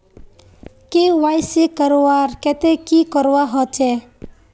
KYC करवार केते की करवा होचए?